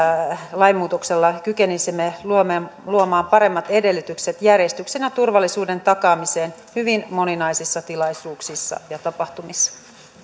lainmuutoksella kykenisimme luomaan luomaan paremmat edellytykset järjestyksen ja turvallisuuden takaamiseen hyvin moninaisissa tilaisuuksissa ja tapahtumissa